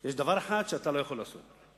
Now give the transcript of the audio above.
יש דבר אחד שאתם לא יכולים לעשות,